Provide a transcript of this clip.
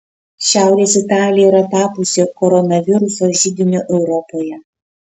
šiaurės italija yra tapusi koronaviruso židiniu europoje